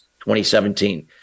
2017